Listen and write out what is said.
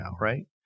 right